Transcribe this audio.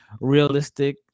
realistic